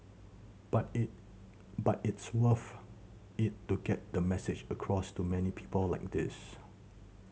but it but it's worth it to get the message across to many people like this